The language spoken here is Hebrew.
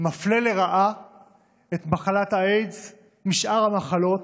מפלה לרעה את מחלת האיידס משאר המחלות,